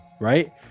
right